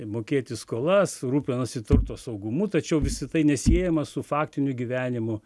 mokėti skolas rūpinasi turto saugumu tačiau visa tai nesiejama su faktiniu gyvenimu